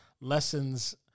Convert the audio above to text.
Lessons